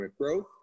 growth